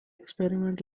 experiment